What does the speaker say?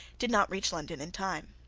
did not reach london in time.